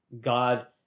God